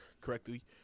correctly